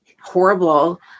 horrible